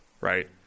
right